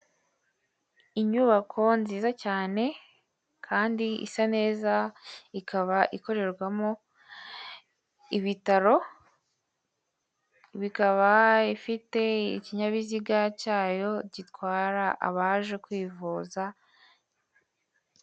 Inyubako nziza cyane kandi isa neza ikaba ikorerwamo ibitaro, bikaba ifite ikinyabiziga cyayo gitwara abaje kwivuza.